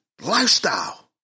Lifestyle